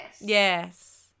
Yes